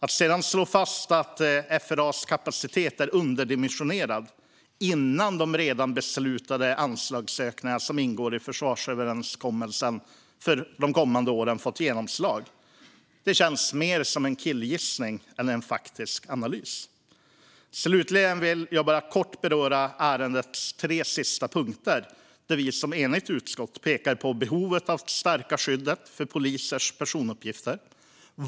Att sedan slå fast att FRA:s kapacitet är underdimensionerad innan de redan beslutade anslagsökningar som ingår i försvarsöverenskommelsen för de kommande åren fått genomslag känns mer som en killgissning än som en faktisk analys. Slutligen vill jag bara kort beröra ärendets tre sista punkter, där vi som enigt utskott pekar på behovet av att stärka skyddet för polisers personuppgifter.